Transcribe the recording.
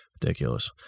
ridiculous